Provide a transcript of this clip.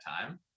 time